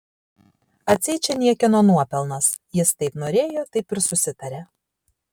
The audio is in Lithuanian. atseit čia niekieno nuopelnas jis taip norėjo taip ir susitarė